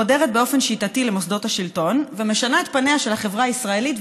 שחודרת באופן שיטתי למוסדות השלטון ומשנה את פניה של החברה הישראלית,